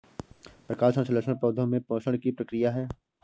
प्रकाश संश्लेषण पौधे में पोषण की प्रक्रिया है